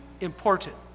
important